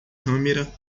câmera